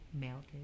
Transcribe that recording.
melted